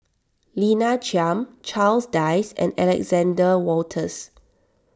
Lina Chiam Charles Dyce and Alexander Wolters